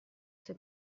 sue